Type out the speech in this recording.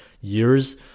years